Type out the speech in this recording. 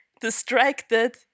distracted